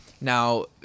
Now